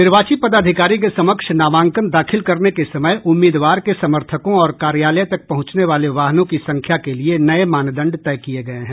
निर्वाची पदाधिकारी के समक्ष नामांकन दाखिल करने के समय उम्मीदवार के समर्थकों और कार्यालय तक पहुंचने वाले वाहनों की संख्या के लिए नये मानदंड तय किये गये हैं